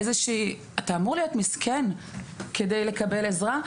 אתה אמור להיות מסכן כדי לקבל עזרה,